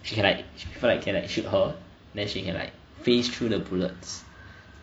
she can like people like can like shoot her then she can like phase through the bullets